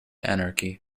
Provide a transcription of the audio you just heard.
anarchy